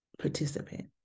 participant